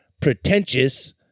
pretentious